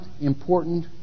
important